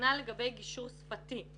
כנ"ל לגבי גישור שפתי.